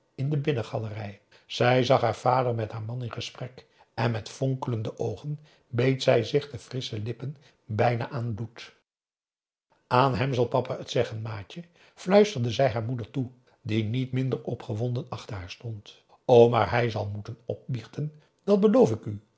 in de binnengalerij zij zag haar vader met haar man in gesprek en met fonkelende oogen beet zij zich de frissche lippen bijna aan bloed aan hem zal papa het zeggen maatje fluisterde zij haar moeder toe die niet minder opgewonden achter haar stond o maar hij zal moeten opbiechten dat beloof ik u